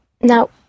Now